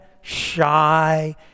shy